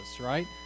right